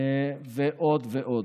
ועוד ועוד.